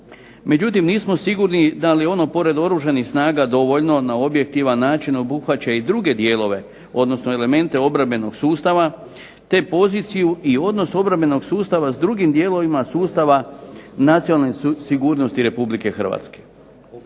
Međutim nismo sigurni da li ono pored oružanih snaga dovoljno na objektivan način obuhvaća i druge dijelove, odnosno elemente obrambenog sustava, te poziciju i odnos obrambenog sustava s drugim dijelovima sustava nacionalne sigurnosti Republike Hrvatske.